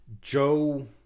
Joe